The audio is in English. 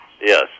Yes